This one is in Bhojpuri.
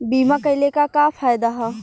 बीमा कइले का का फायदा ह?